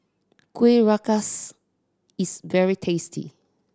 Kueh Rengas is very tasty